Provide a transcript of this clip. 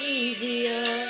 easier